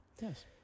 Yes